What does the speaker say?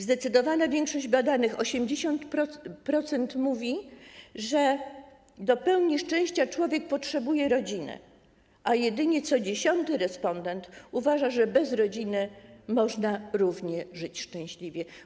Zdecydowana większość badanych, 80%, mówi, że do pełni szczęścia człowiek potrzebuje rodziny, a jedynie co dziesiąty respondent uważa, że bez rodziny można żyć równie szczęśliwie.